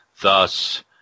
Thus